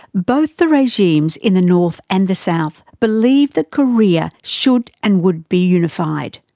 both the regimes in the north and the south believed that korea should and would be unified.